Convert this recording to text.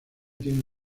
tiene